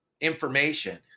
information